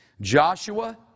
Joshua